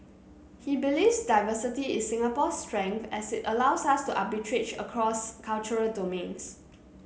he believes diversity is Singapore's strength as it allows us to arbitrage across cultural domains